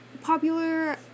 popular